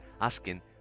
asking